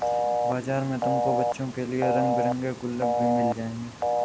बाजार में तुमको बच्चों के लिए रंग बिरंगे गुल्लक भी मिल जाएंगे